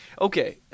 Okay